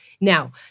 Now